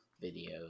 video